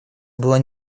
была